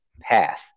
path